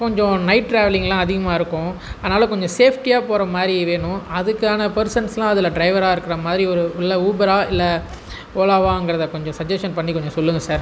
கொஞ்சம் நைட் டிராவலிங்லாம் அதிகமாக இருக்கும் அதனால் கொஞ்சம் சேஃப்டியாக போகிற மாதிரி வேணும் அதுக்கான பர்சன்ஸ்லாம் அதில் ட்ரைவராக இருக்கிற மாதிரி ஒரு இல்லை ஊபரா இல்லை ஓலாவாங்கிறதை கொஞ்சம் சஜ்ஜெஷன் பண்ணி கொஞ்சம் சொல்லுங்கள் சார்